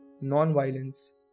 non-violence